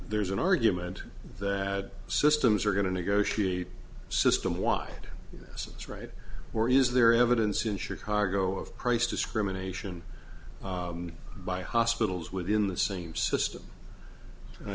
there's an argument that systems are going to negotiate system wide this is right or is there evidence in chicago of price discrimination by hospitals within the same system